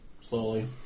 slowly